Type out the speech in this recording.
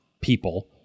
people